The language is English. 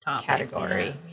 category